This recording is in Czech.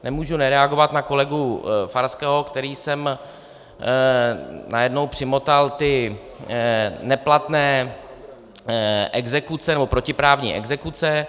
Nemůžu nereagovat na kolegu Farského, který sem najednou přimotal ty neplatné exekuce nebo protiprávní exekuce.